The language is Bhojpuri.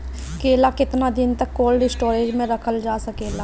केला केतना दिन तक कोल्ड स्टोरेज में रखल जा सकेला?